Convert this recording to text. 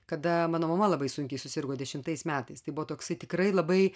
kada mano mama labai sunkiai susirgo dešimtais metais tai buvo toks tikrai labai